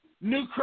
New